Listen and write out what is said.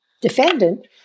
defendant